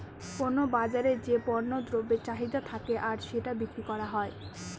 কোনো বাজারে যে পণ্য দ্রব্যের চাহিদা থাকে আর সেটা বিক্রি করা হয়